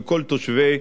וכל תושבי